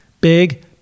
Big